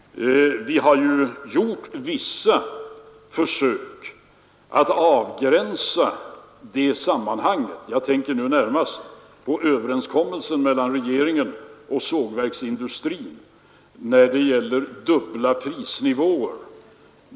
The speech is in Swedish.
Vi har gjort vissa försök att avgränsa det sammanhanget, jag tänker nu närmast på överenskommelsen mellan regeringen och sågverksindustrin när det gäller dubbla prisnivåer.